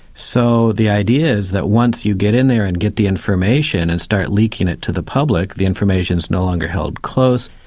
so the idea is that once you get in there and get the information and start leaking it to the public, the information's no longer held close,